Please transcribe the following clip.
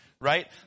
right